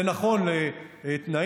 זה נכון לתנאים,